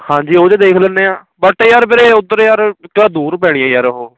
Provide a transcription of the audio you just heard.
ਹਾਂਜੀ ਉਹ 'ਤੇ ਦੇਖ ਲੈਂਦੇ ਆ ਬਟ ਯਾਰ ਵੀਰੇ ਉੱਧਰ ਯਾਰ ਇੱਕ ਤਾਂ ਦੂਰ ਪੈਣੀ ਆ ਯਾਰ ਉਹ